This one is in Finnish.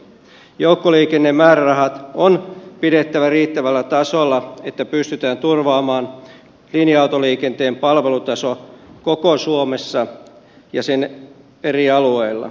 joukkoliikennemäärärahat on pidettävä riittävällä tasolla että pystytään turvaamaan linja autoliikenteen palvelutaso koko suomessa ja sen eri alueilla